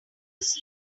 use